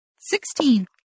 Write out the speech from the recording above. Sixteen